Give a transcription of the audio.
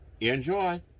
Enjoy